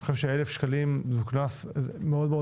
אני חושב ש-1,000 שקלים זה קנס מאוד מאוד